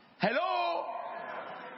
Hello